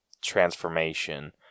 transformation